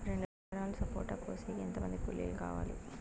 రెండు ఎకరాలు సపోట కోసేకి ఎంత మంది కూలీలు కావాలి?